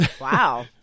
Wow